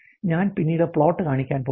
ഞാൻ പിന്നീട് പ്ലോട്ട് കാണിക്കാൻ പോകുന്നു